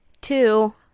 two